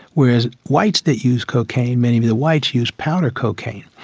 whereas whites that used cocaine, many of the whites used powder cocaine.